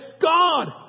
God